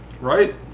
Right